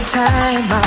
time